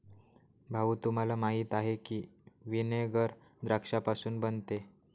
भाऊ, तुम्हाला माहीत आहे की व्हिनेगर द्राक्षापासून बनते